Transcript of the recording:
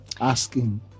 Asking